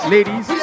Ladies